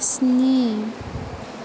स्नि